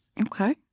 Okay